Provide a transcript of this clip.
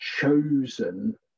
chosen